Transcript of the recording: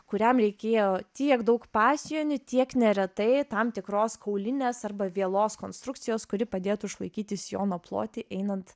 kuriam reikėjo tiek daug pasijonių tiek neretai tam tikros kaulinės arba vielos konstrukcijos kuri padėtų išlaikyti sijono plotį einant